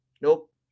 Nope